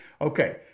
Okay